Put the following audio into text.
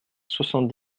soixante